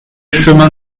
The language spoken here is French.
chemin